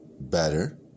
better